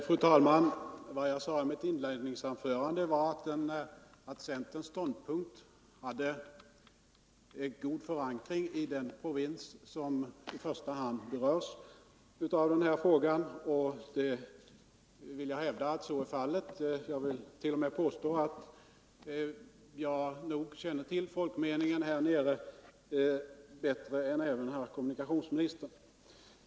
Fru talman! Vad jag sade i mitt inledningsanförande var att centerns ståndpunkt hade god förankring i den provins som i första hand berörs av den här frågan, och jag vill fortfarande hävda att så är fallet. Jag vill t.o.m. påstå att jag känner folkmeningen där nere bättre än även herr kommunikationsministern.